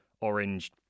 orange